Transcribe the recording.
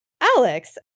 Alex